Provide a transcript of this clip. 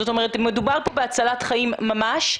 זאת אומרת, מדובר כאן בהצלת חיים ממש.